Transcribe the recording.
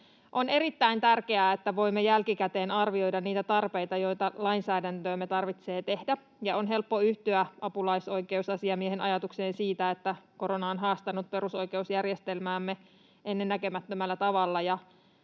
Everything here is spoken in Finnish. On erittäin tärkeää, että voimme jälkikäteen arvioida niitä tarpeita, joita lainsäädännössämme tarvitsee täyttää, ja on helppo yhtyä apulaisoikeusasiamiehen ajatukseen siitä, että korona on haastanut perusoikeusjärjestelmäämme ennennäkemättömällä tavalla.